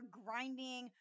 grinding